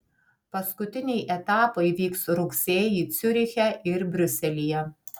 paskutiniai etapai vyks rugsėjį ciuriche ir briuselyje